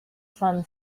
sun